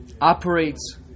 Operates